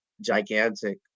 gigantic